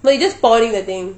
like you just pouring the thing